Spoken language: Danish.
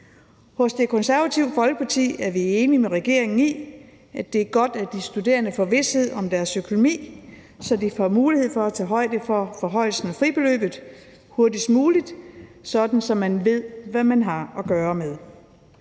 Hos Det Konservative Folkeparti er vi enige med regeringen i, at det er godt, at de studerende får vished om deres økonomi, så de får mulighed for at tage højde for forhøjelsen af fribeløbet hurtigst muligt, sådan at man ved, hvad man har at gøre godt